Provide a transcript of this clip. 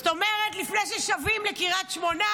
זאת אומרת לפני ששבים לקריית שמונה,